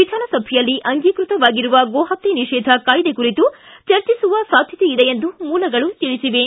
ವಿಧಾನಸಭೆಯಲ್ಲಿ ಅಂಗೀಕೃತವಾಗಿರುವ ಗೋ ಹತ್ತೆ ನಿಷೇಧ ಕಾಯ್ದೆ ಕುರಿತು ಚರ್ಚಿಸುವ ಸಾಧ್ಯತೆ ಇದೆ ಎಂದು ಮೂಲಗಳು ತಿಳಿಸಿವೆ